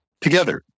together